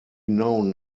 known